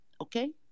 Okay